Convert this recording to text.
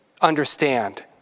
understand